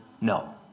No